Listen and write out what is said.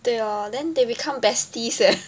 对咯 then they become besties eh